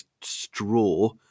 straw